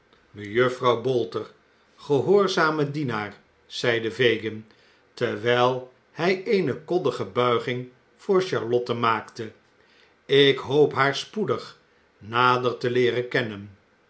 mejuffrouw bolter gehoorzame dienaar zeide fagin terwijl hij eene koddige buiging voor charlotte maakte ik hoop haar spoedig nader te i leeren kennen